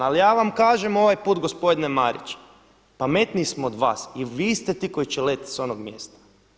Ali ja vam kažem ovaj put gospodine Marić, pametniji smo od vas i vi ste ti koji će letjeti s onog mjesta.